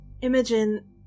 Imogen